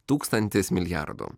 tūkstantis milijardų